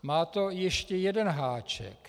Má to ještě jeden háček.